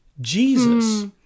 Jesus